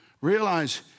realize